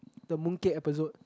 the moon cake episode